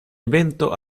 evento